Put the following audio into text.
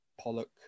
Pollock